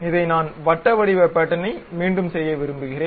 இதை நான் வட்ட வடிவ பேட்டர்னை மீண்டும் செய்ய விரும்புகிறேன்